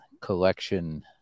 collection